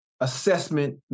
assessment